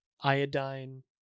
iodine